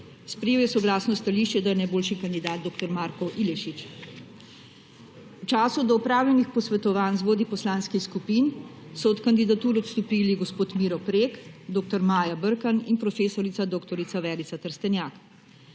Sprejel je soglasno stališče, da je najboljši kandidat dr. Marko Ilešič. V času do opravljanih posvetovanj z vodji poslanskih skupin so od kandidature odstopili gospod Miro Prek, dr. Maja Brkan in prof. dr. Verica Trstenjak.